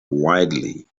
wildly